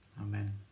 Amen